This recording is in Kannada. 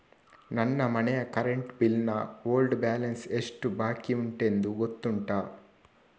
ನನ್ನ ಮನೆಯ ಕರೆಂಟ್ ಬಿಲ್ ನ ಓಲ್ಡ್ ಬ್ಯಾಲೆನ್ಸ್ ಎಷ್ಟು ಬಾಕಿಯುಂಟೆಂದು ಗೊತ್ತುಂಟ?